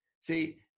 see